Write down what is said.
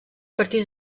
partits